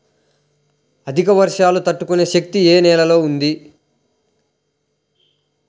అధిక వర్షాలు తట్టుకునే శక్తి ఏ నేలలో ఉంటుంది?